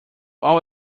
all